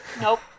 nope